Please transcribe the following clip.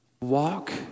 Walk